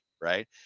right